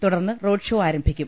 തുടർന്ന് റോഡ്ഷോ ആരംഭിക്കും